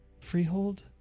Freehold